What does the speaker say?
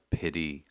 pity